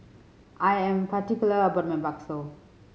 I am particular about my bakso